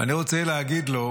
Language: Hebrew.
ואני רוצה להגיד לו,